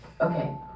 okay